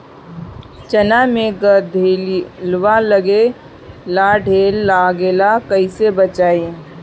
चना मै गधयीलवा लागे ला ढेर लागेला कईसे बचाई?